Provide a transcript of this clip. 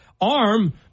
arm